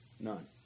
None